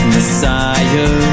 Messiah